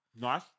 nice